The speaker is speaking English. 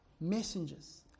Messengers